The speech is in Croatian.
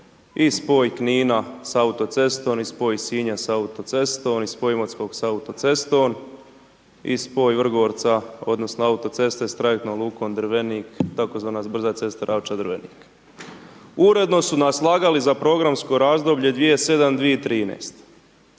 i spoj Knina sa autocestom i spoj Sinja sa autocestom i spoj Imotskog sa autocestom i spoj Vrgorca odnosno autoceste s Trajektnom lukom Drvenik tzv. brza cesta Ravča-Drvenik. Uredno su nas lagali za programsko razdoblje 2007.,